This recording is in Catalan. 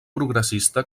progressista